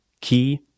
key